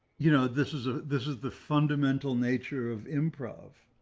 you know, this is a, this is the fundamental nature of improv.